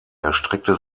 erstreckte